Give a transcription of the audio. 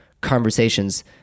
conversations